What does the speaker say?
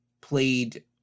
played